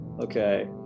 okay